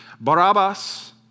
Barabbas